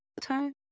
time